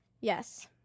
yes